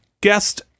guest